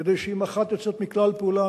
כדי שאם אחת יוצאת מכלל פעולה,